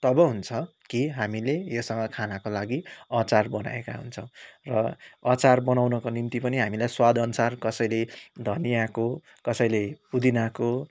तब हुन्छ कि हामीले योसँग खानाको लागि अचार बनाएका हुन्छौँ र अचार बनाउनको निम्ति पनि हामीलाई स्वाद अनुसार कसैले धनियाको कसैले पुदिनाको